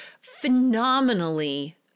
phenomenally